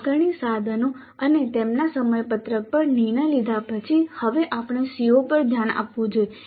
આકારણી સાધનો અને તેમના સમયપત્રક પર નિર્ણય લીધા પછી હવે આપણે CO પર ધ્યાન આપવું જોઈએ